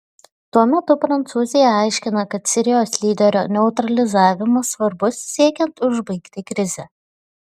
tuo metu prancūzija aiškina kad sirijos lyderio neutralizavimas svarbus siekiant užbaigti krizę